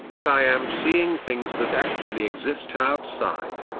but i am seeing things that actually exist outside.